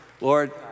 Lord